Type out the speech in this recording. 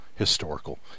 Historical